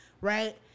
right